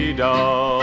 doll